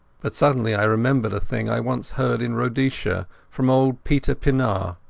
but suddenly i remembered a thing i once heard in rhodesia from old peter pienaar.